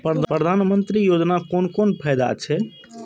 प्रधानमंत्री योजना कोन कोन फायदा छै?